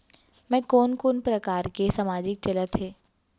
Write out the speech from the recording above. मैं कोन कोन प्रकार के सामाजिक चलत हे?